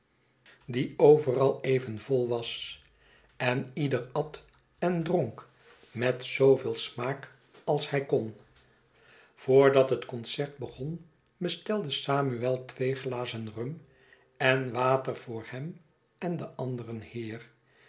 die overal even schetsen van boz vol was en ieder at en dronk met zooveel smaak als hij kon voordat het concert begon bestelde samuel twee glazen rum en water voor hem en den anderen heer